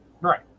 right